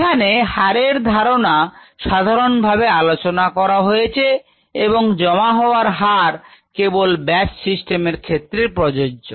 এখানে হারের ধারণা সাধারন ভাবে আলোচনা করা হয়েছে এবং জমা হওয়ার হার কেবল ব্যাচ সিস্টেমের ক্ষেত্রে প্রযোজ্য